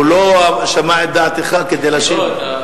הוא לא שמע את דעתך כדי להשיב לך.